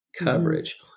coverage